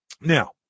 Now